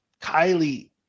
Kylie